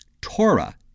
Torah